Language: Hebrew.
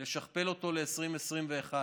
לשכפל אותו ל-2021,